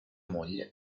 moglie